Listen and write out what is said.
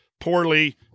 Poorly